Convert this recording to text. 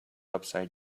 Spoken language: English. upside